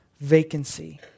vacancy